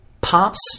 Pop's